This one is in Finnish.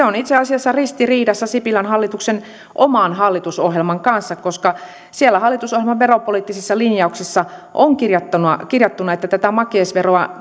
on itse asiassa ristiriidassa sipilän hallituksen oman hallitusohjelman kanssa koska siellä hallitusohjelman veropoliittisissa linjauksissa on kirjattuna kirjattuna että tätä makeisveroa